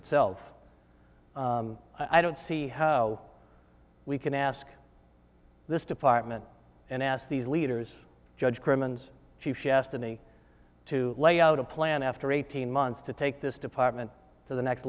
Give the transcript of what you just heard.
itself i don't see how we can ask this department and asked these leaders judge crimmins she asked me to lay out a plan after eighteen months to take this department to the next